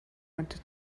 wanted